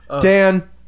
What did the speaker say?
Dan